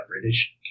British